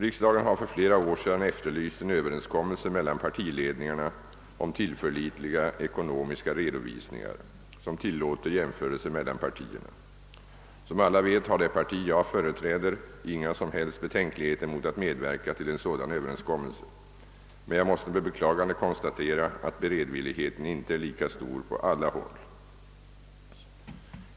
Riksdagen har för flera år sedan efterlyst en överenskommelse mellan partiledningarna om tillförlitliga ekonomiska redovisningar som tillåter jämförelser mellan partierna. Som alla vet har det parti jag företräder inga som helst betänkligheter mot att medverka till en sådan överenskommelse, men jag måste med beklagande konstatera att beredvilligheten inte är lika stor på alla håll.